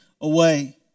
away